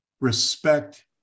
respect